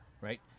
Right